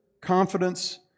confidence